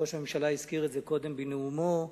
וראש הממשלה הזכיר זאת קודם בנאומו,